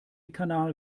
kanal